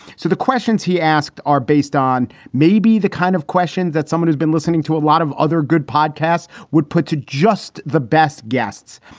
so the questions he asked are based on maybe the kind of question that someone who's been listening to a lot of other good podcasts would put to just the best guests.